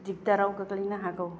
दिगदाराव गोग्लैनो हागौ